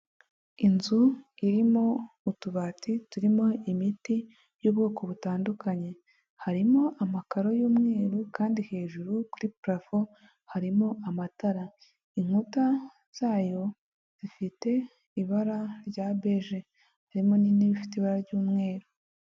Inzu irimo utubati turimo imiti y'ubwoko butandukanye, harimo amakaro y'umweru kandi hejuru kuri parafo harimo amatara, inkuta zayo zifite ibara rya deje, harimo n'intebe ifite ibara ry'umweru.